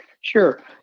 sure